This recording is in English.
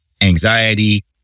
anxiety